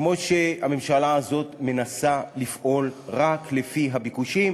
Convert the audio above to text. כמו שהממשלה הזאת מנסה לפעול, רק לפי הביקושים,